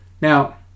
Now